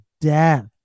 death